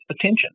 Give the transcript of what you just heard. attention